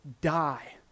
die